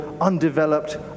undeveloped